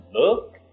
look